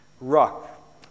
Rock